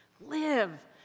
Live